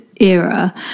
era